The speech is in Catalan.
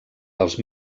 dels